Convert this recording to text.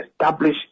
establish